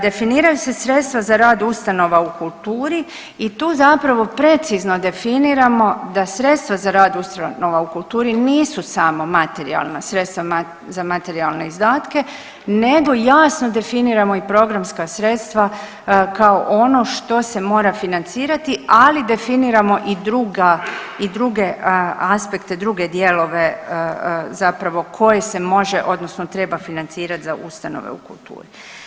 Definiraju se sredstva za rad ustanova u kulturi i tu zapravo precizno definiramo da sredstva za rad ustanova u kulturi nisu samo materijalna sredstva za materijalne izdatke nego jasno definiramo i programska sredstva kao ono što se mora financirati, ali definiramo i druge aspekte druge dijelove koje se može odnosno treba financirat za ustanove u kulturi.